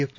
F